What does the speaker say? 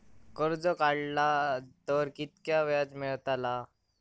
कर्ज काडला तर कीतक्या व्याज मेळतला?